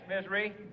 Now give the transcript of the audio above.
misery